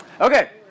Okay